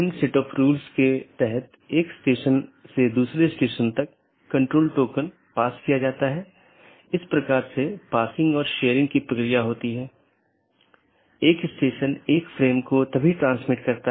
इसलिए open message दो BGP साथियों के बीच एक सेशन खोलने के लिए है दूसरा अपडेट है BGP साथियों के बीच राउटिंग जानकारी को सही अपडेट करना